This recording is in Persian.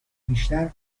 بیشتر